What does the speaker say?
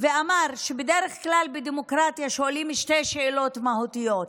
ואמר שבדרך כלל בדמוקרטיה שואלים שתי שאלות מהותיות: